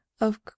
Of